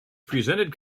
presented